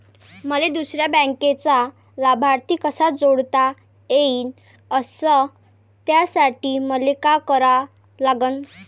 मले दुसऱ्या बँकेचा लाभार्थी कसा जोडता येईन, अस त्यासाठी मले का करा लागन?